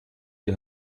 die